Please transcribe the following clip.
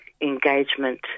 engagement